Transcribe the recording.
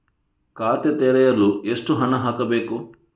ಖಾತೆ ತೆರೆಯಲು ಎಷ್ಟು ಹಣ ಹಾಕಬೇಕು?